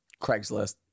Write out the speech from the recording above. Craigslist